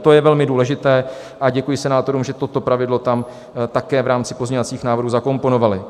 To je velmi důležité a děkuji senátorům, že toto pravidlo tam také v rámci pozměňovacích návrhů zakomponovali.